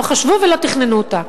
לא חשבו ולא תכננו אותה.